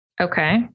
Okay